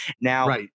now